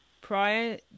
prior